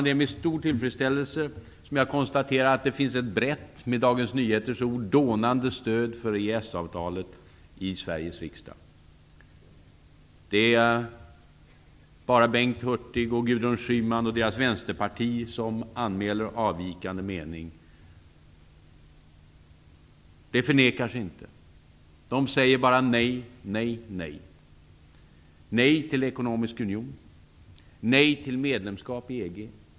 Det är med stor tillfredsställelse som jag konstaterar att det finns ett brett, med Dagens Nyheters ord, dånande stöd för EES-avtalet i Det är bara Bengt Hurtig och Gudrun Schyman och deras Vänsterparti som anmäler avvikande mening. De förnekar sig inte. De säger bara: ''Nej, nej, nej!'' Nej till ekonomisk union. Nej till medlemskap i EG.